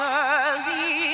early